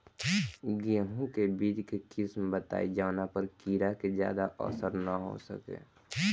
गेहूं के बीज के किस्म बताई जवना पर कीड़ा के ज्यादा असर न हो सके?